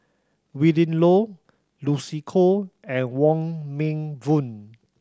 Willin Low Lucy Koh and Wong Meng Voon